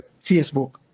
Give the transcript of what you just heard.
Facebook